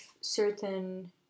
certain